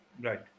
Right